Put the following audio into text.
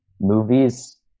movies